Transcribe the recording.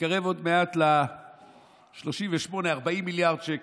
מתקרב עוד מעט ל-38 40 מיליארד שקל.